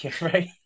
Right